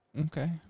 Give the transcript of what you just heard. Okay